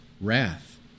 wrath